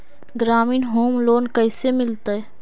ग्रामीण home loan कैसे मिलतै?